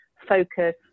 focus